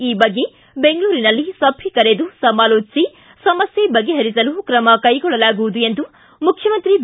ಈ ಬಗ್ಗೆ ಬೆಂಗಳೂರಿನಲ್ಲಿ ಸಭೆ ಕರೆದು ಸಮಾಲೋಚಿಸಿ ಸಮಸ್ಯೆ ಬಗೆಹರಿಸಲು ಕ್ರಮ ಕೈಗೊಳ್ಳಲಾಗುವುದು ಎಂದು ಮುಖ್ಯಮಂತ್ರಿ ಬಿ